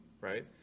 Right